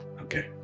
Okay